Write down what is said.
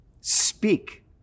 speak